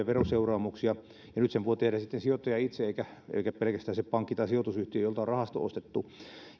veroseuraamuksia ja nyt sen voi tehdä sitten sijoittaja itse eikä pelkästään se pankki tai sijoitusyhtiö jolta on rahasto ostettu